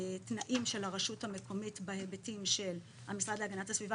התנאים של הרשות המקומית בהיבטים של המשרד להגנת הסביבה,